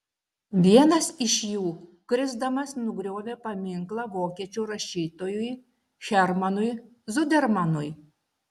vienas iš jų krisdamas nugriovė paminklą vokiečių rašytojui hermanui zudermanui